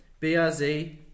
BRZ